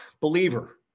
Believer